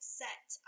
set